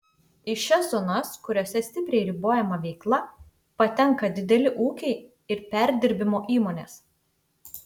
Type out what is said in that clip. į šias zonas kuriose stipriai ribojama veikla patenka dideli ūkiai ir perdirbimo įmonės